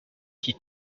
qui